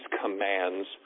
commands